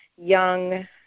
young